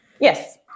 Yes